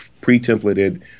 pre-templated